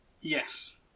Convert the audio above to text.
Yes